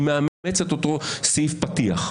אני מאמץ את אותו סעיף פתיח.